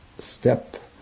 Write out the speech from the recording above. step